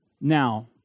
now